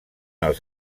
els